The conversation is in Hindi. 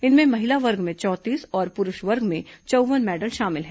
इनमें महिला वर्ग में चौंतीस और पुरूष वर्ग में चौव्वन मैडल शामिल हैं